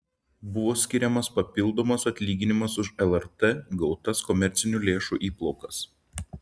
buvo skiriamas papildomas atlyginimas už lrt gautas komercinių lėšų įplaukas